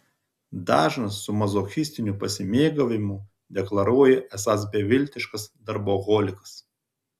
dažnas su mazochistiniu pasimėgavimu deklaruoja esąs beviltiškas darboholikas